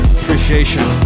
appreciation